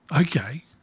Okay